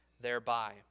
thereby